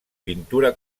pintura